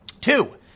Two